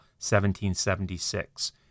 1776